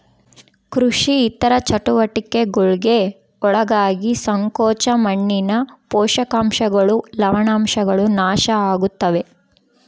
ಕೃಷಿ ಇತರ ಚಟುವಟಿಕೆಗುಳ್ಗೆ ಒಳಗಾಗಿ ಸಂಕೋಚ ಮಣ್ಣಿನ ಪೋಷಕಾಂಶಗಳು ಲವಣಾಂಶಗಳು ನಾಶ ಆಗುತ್ತವೆ